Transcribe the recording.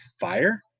fire